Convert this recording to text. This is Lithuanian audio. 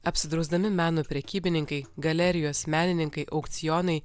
apsidrausdami meno prekybininkai galerijos menininkai aukcionai